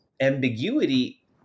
ambiguity